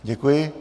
Děkuji.